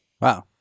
Wow